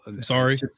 sorry